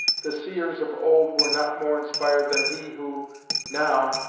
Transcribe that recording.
the seers of old were not more inspired than he who now,